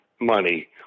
money